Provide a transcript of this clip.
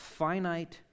finite